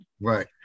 Right